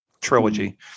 trilogy